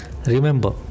Remember